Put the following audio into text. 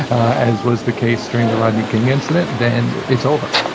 as was the case during the rodney king incident, then it's over.